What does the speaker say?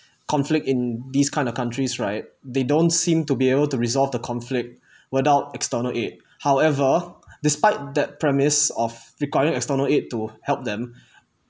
conflict in these kind of countries right they don't seem to be able to resolve the conflict without external aid however despite that premise of requiring external aid to help them